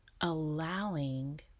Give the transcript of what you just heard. allowing